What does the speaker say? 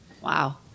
Wow